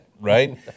right